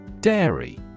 Dairy